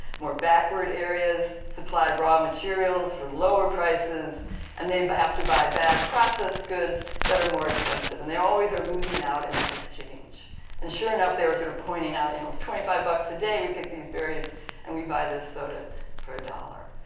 more backward areas supply raw materials for lower prices and they but have to buy back processed goods that are more expensive. and they always are losing out in that exchange and sure enough they were sort of pointing out. you know twenty five bucks a day we pick these berries and we buy this soda for a dollar.